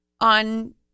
on